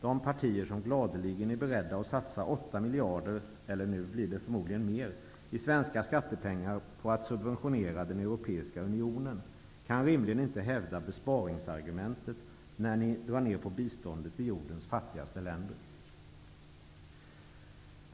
De partier som gladeligen är beredda att satsa 8 miljarder - det blir förmodligen mer - i svenska skattepengar på att subventionera den europeiska unionen kan rimligen inte hävda besparingsargumentet när de minskar biståndet till jordens fattigaste länder.